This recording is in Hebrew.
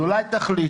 אז אולי תחליטו?